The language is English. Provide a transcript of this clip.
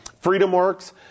FreedomWorks